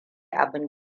abin